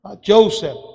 Joseph